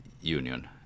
Union